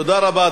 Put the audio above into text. תודה רבה.